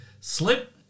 slip